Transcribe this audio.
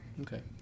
Okay